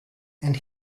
and